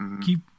keep